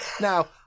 Now